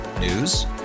News